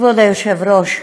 כבוד היושב-ראש,